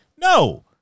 No